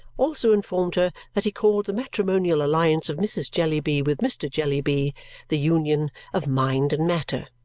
also informed her that he called the matrimonial alliance of mrs. jellyby with mr. jellyby the union of mind and matter.